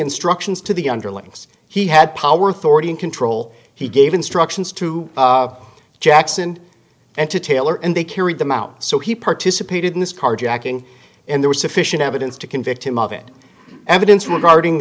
instructions to the underlings he had power authority and control he gave instructions to jackson and to taylor and they carried them out so he participated in this carjacking and there was sufficient evidence to convict him of it evidence regarding